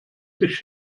sich